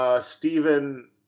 Stephen